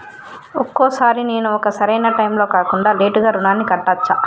ఒక్కొక సారి నేను ఒక సరైనా టైంలో కాకుండా లేటుగా రుణాన్ని కట్టచ్చా?